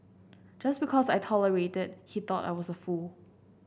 just because I tolerated he thought I was a fool